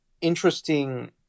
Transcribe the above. interesting